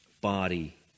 body